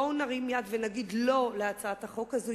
בואו נרים יד ונגיד לא להצעת החוק הזאת.